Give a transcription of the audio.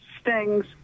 stings